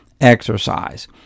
exercise